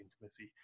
intimacy